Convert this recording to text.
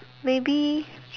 maybe